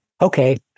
okay